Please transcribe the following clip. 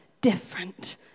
different